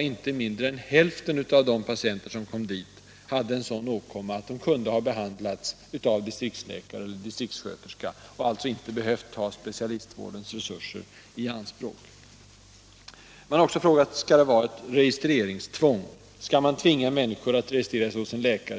inte mindre än hälften av patienterna hade en sådan åkomma som kunde ha behandlats av distriktsläkare eller distriktssköterska och alltså inte hade behövt ta specialistvårdens resurser i anspråk. Man har också frågat: Skall det vara registreringstvång? Skall man tvinga människor att registrera sig hos en läkare?